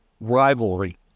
rivalry